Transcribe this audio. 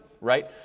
right